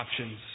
options